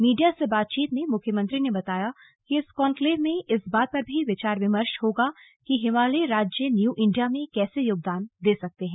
media से बातचीत में मुख्यमंत्री ने बताया कि इस कॉन्क्लेव में इस बात पर भी विचार विमर्श होगा कि हिमालयी राज्य न्यू इंडिया में कैसे योगदान दे सकते हैं